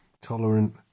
tolerant